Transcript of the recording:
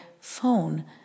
phone